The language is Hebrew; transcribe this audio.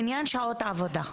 בעניין שעות עבודה.